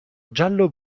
giallo